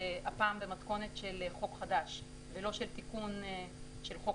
הפעם במתכונת של חוק חדש ולא תיקון של חוק